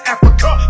Africa